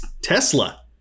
Tesla